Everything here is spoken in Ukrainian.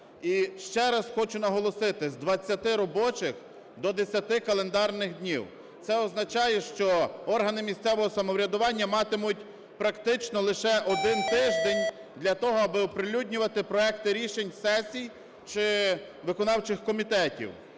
ще раз хочу наголосити: з 20 робочих до 10 календарних днів. Це означає, що органи місцевого самоврядування матимуть практично лише 1 тиждень для того, аби оприлюднювати проекти рішень сесій чи виконавчих комітетів.